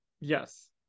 Yes